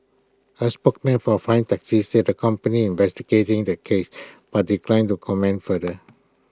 A spokesman for A prime taxi said the company investigating the case but declined to comment further